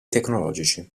tecnologici